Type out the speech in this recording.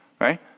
right